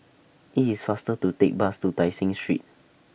IT IS faster to Take Bus to Tai Seng Street